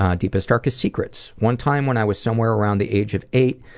um deepest, darkest secrets? one time when i was somewhere around the age of eight,